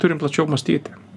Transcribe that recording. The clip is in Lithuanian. turim plačiau mąstyti